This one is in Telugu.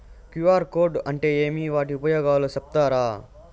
క్యు.ఆర్ కోడ్ అంటే ఏమి వాటి ఉపయోగాలు సెప్తారా?